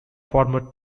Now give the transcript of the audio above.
former